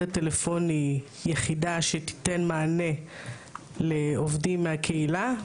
הטלפוני יחידה שתיתן מענה לעובדים מהקהילה,